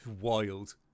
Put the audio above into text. wild